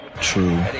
True